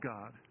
God